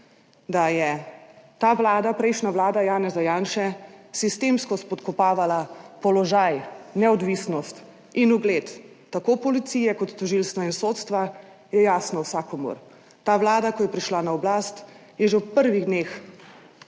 Da je ta Vlada, prejšnja, Vlada Janeza Janše, sistemsko spodkopavala položaj, neodvisnost in ugled tako policije kot tožilstva in sodstva, je jasno vsakomur. Ta Vlada, ko je prišla na oblast, je že v prvih dneh